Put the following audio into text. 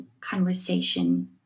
conversation